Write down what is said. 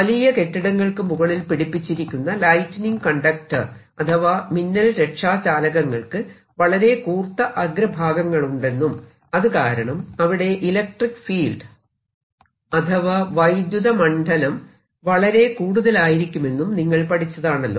വലിയ കെട്ടിടങ്ങൾക്കു മുകളിൽ പിടിപ്പിച്ചിരിക്കുന്ന ലൈറ്റിനിങ് കണ്ടക്ടർ അഥവാ മിന്നൽ രക്ഷാ ചാലകങ്ങൾക്ക് വളരെ കൂർത്ത അഗ്രഭാഗങ്ങളുണ്ടെന്നും അതുകാരണം അവിടെ ഇലക്ട്രിക്ക് ഫീൽഡ് അഥവാ വൈദ്യുത മണ്ഡലം വളരെ കൂടുതലായിരിക്കുമെന്നും നിങ്ങൾ പഠിച്ചതാണല്ലോ